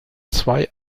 zwei